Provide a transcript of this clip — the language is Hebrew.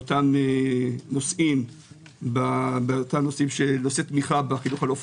באותם נושאי תמיכה בחינוך הלא פורמלי.